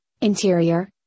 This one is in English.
interior